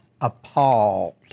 appalled